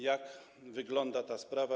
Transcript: Jak wygląda ta sprawa?